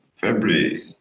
February